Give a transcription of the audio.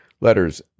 letters